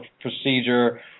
procedure